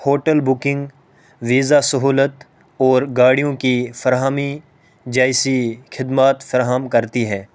hotel booking visa سہولت اور گاڑیوں کی فراہمی جیسی خدمات فراہم کرتی ہے